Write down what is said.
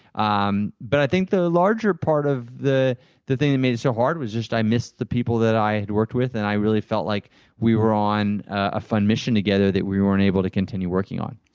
um but i think the larger part of the the thing that made it so hard was just that i missed the people that i had worked with, and i really felt like we were on a fun mission together that we weren't able to continue working on.